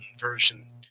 version